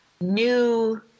new